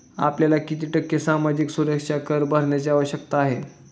आपल्याला किती टक्के सामाजिक सुरक्षा कर भरण्याची आवश्यकता आहे?